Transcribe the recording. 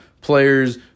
players